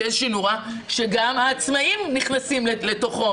איזושהי נורה שגם העצמאים נכנסים לתוכו.